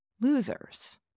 losers